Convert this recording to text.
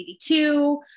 1982